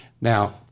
Now